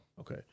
Okay